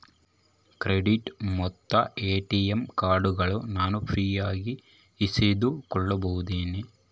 Credit ಮತ್ತ ATM ಕಾರ್ಡಗಳನ್ನ ನಾನು ಫ್ರೇಯಾಗಿ ಇಸಿದುಕೊಳ್ಳಬಹುದೇನ್ರಿ?